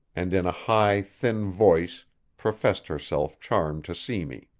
and in a high, thin voice professed herself charmed to see me.